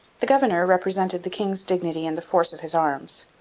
the governor represented the king's dignity and the force of his arms.